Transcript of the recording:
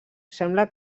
sembla